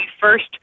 first